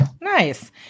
Nice